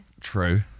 True